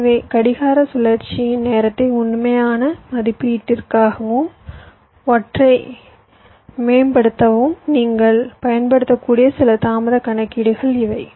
ஆகவே கடிகார சுழற்சியின் நேரத்தை உண்மையான மதிப்பீட்டிற்காகவும் ஒன்றை மேம்படுத்தவும் நீங்கள் பயன்படுத்தக்கூடிய சில தாமதக் கணக்கீடுகள் இவை